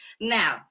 now